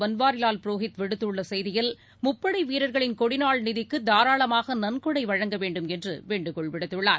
பன்வாரிலால் புரோஹித் விடுத்துள்ளசெய்தியில் முப்படைவீரர்களின் கொடிநாள் நிதிக்குதாராளமாகநன்கொடைவழங்க வேண்டும் என்றுவேண்டுகோள் விடுத்துள்ளார்